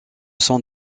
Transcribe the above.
sont